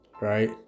Right